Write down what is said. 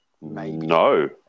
no